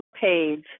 page